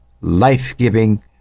life-giving